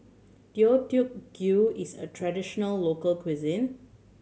Deodeok Gui is a traditional local cuisine